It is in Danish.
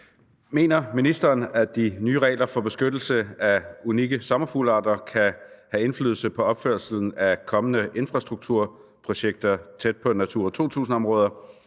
Mener ministeren, at de nye regler for beskyttelse af unikke sommerfuglearter kan influere på opførelsen af kommende infrastrukturprojekter ved Natura 2000-områder,